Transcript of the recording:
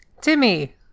Timmy